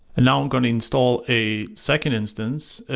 and now i'm going to install a second instance.